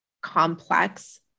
complex